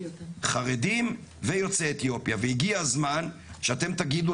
חרדים ויוצאי אתיופיה והגיע הזמן שאתם תגידו